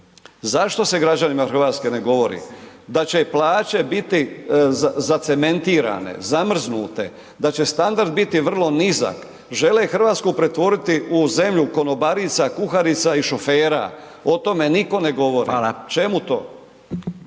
zašto se građanima Hrvatske ne govori da će plaće biti zacementirane, zamrznute, da će standard biti vrlo nizak, žele Hrvatsku pretvoriti u zemlju konobarica, kuharica i šofera, o to me nitko ne govori